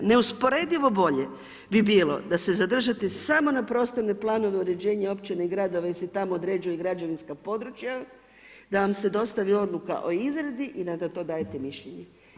Neusporedivo bolje bi bilo da se zadržati samo na prostornim planovima uređenja općina i gradova jer se tamo određuje građevinska područja, da nam se dostavi odluka o izradi i da na to dajete mišljenje.